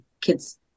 kids